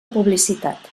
publicitat